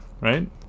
right